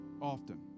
often